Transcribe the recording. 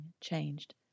changed